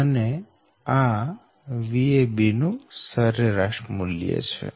તો આ Vabનું સરેરાશ મૂલ્ય છે